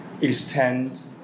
extend